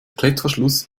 klettverschluss